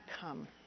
come